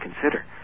consider